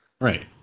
Right